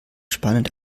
spannend